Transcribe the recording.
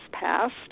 passed